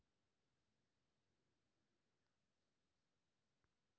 मूंगफली के अच्छा बीज कोन होते?